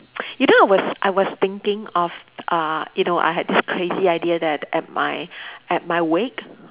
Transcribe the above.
you know I was I was thinking of uh you know I had this crazy idea that at my at my wake